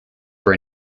for